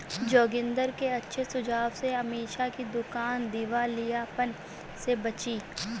जोगिंदर के अच्छे सुझाव से अमीषा की दुकान दिवालियापन से बची